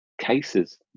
cases